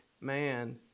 man